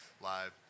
live